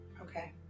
Okay